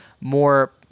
more